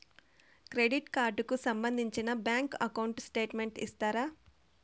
Credit card కు సంబంధించిన bank account statement ఇస్తారా?